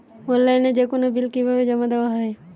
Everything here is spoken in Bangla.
অনলাইনে যেকোনো বিল কিভাবে জমা দেওয়া হয়?